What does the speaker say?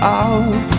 out